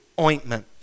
ointment